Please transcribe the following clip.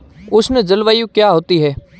उष्ण जलवायु क्या होती है?